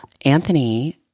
Anthony